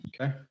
Okay